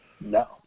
No